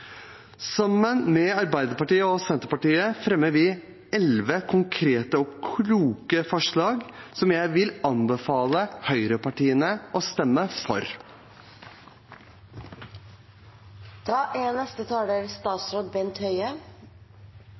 Sammen med Arbeiderpartiet og Senterpartiet fremmer vi elleve konkrete og kloke forslag, som jeg vil anbefale høyrepartiene å stemme